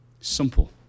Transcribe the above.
Simple